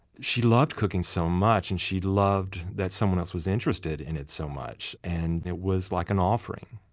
she loved cooking so much, and she loved that someone else was interested in it so much. and it was like an offering.